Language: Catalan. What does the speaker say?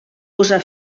posà